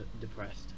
depressed